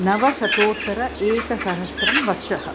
नवशतोत्तर एकसहस्रं वर्षः